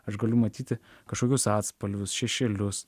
aš galiu matyti kažkokius atspalvius šešėlius